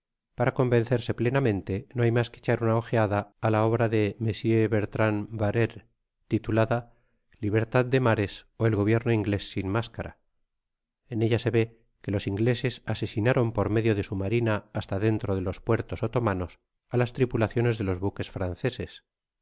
para convencerse plenamente no hay mas que echar una ojeada a la obra de mr bertrand barere titulada libertad de mares o el gobierno inglés sin mascara en ella se ve que los ingleses asesinaron por medio de su marina hasta dentro de los puertos otomanos a las tripulaciones de los buques franceses